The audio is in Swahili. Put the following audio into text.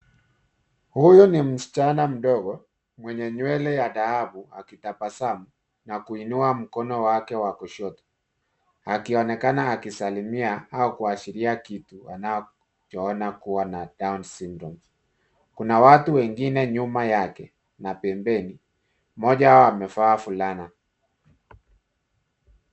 Huyu ni msichana mdogo mwenye nywele ya dhahabu akitabasamu na kuinua mkono wake wa kushoto akionekana akisalimia au kuashiria kitu anachoona kuwa na down syndrome .Kuna watu wengine nyuma yake na pembeni, mmoja amevaa fulana.